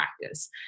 practice